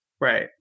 Right